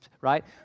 right